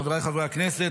חברי הכנסת,